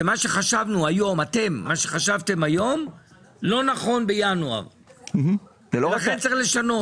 שמה שחשבתם היום לא נכון בינואר, ולכן צריך לשנות.